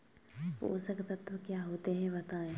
पोषक तत्व क्या होते हैं बताएँ?